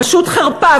פשוט חרפה.